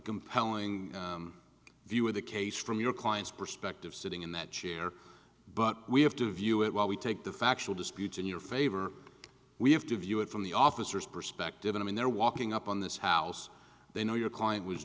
compelling view of the case from your client's perspective sitting in that chair but we have to view it while we take the factual disputes in your favor we have to view it from the officers perspective and they're walking up on this house they know your client was